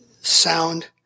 sound